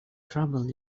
trouble